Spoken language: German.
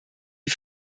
die